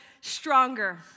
stronger